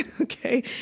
okay